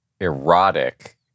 erotic